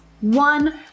One